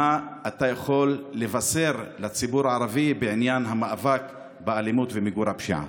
מה אתה יכול לבשר לציבור הערבי בעניין המאבק באלימות ומיגור הפשיעה?